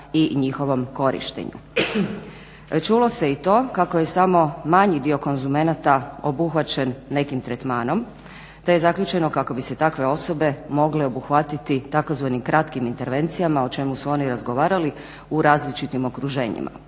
Čulo se i to kako je samo manji dio konzumenata obuhvaćen nekim tretmanom te je zaključeno kako bi se takve osobe mogle obuhvatiti tzv. kratkim intervencijama o čemu su oni razgovarali u različitim okruženjima.